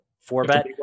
four-bet